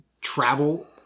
travel